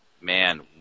man